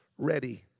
Ready